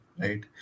right